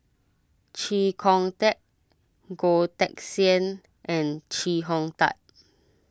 Chee Kong Tet Goh Teck Sian and Chee Hong Tat